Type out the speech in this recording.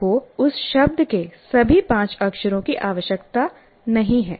आपको उस शब्द के सभी पांच अक्षरों की आवश्यकता नहीं है